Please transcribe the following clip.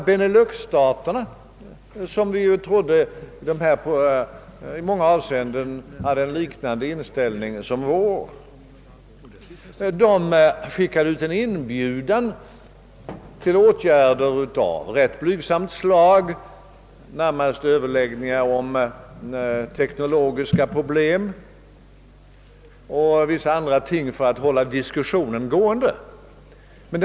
Benelux-staterna, om vilka vi ju trodde att de i vissa avseenden hade en liknande inställning som vår, skickade ut en inbjudan till åtgärder av ganska blygsamt slag, närmast överläggningar om teknologiska problem och vissa andra ting, för att hålla diskussionen i gång.